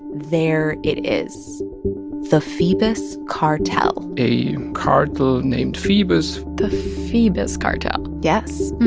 there it is the phoebus cartel a cartel named phoebus the phoebus cartel yes.